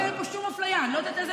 לא שומעים אותך.